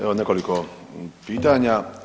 Evo nekoliko pitanja.